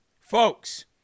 folks